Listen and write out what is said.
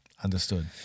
Understood